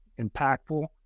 impactful